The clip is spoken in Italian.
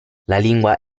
lingua